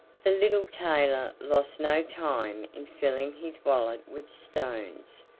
the little tailor lost no time in filling his wallet with stones,